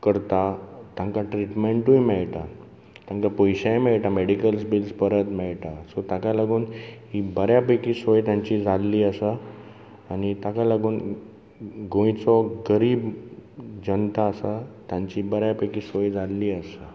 करता तांकां ट्रिटमेंटूय मेळटा तांकां पयशेय मेळटा मॅडीकल बिल्स परत मेळटा सो ताका लागून ही बऱ्या पैकी सोय तांची जाल्ली आसा आनी ताका लागून गोंयचो गरीब जनता आसा तांची बऱ्या पैकी सोय जाल्ली आसा